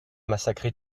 massacré